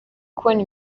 kubona